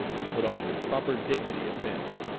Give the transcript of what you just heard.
and put on the proper dignity of men.